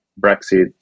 Brexit